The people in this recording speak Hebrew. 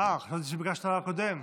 אה, חשבתי שביקשת על הקודם.